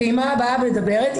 הפעימה הבאה מדברת,